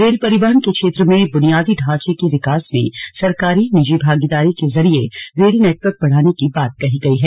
rail परिवहन के क्षेत्र में बुनियादी ढ़ाचे के विकास में सरकारी निजी भागीदारी के जरिए रेल नेटवर्क बढ़ाने की बात कही गई है